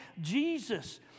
Jesus